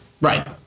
Right